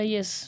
Yes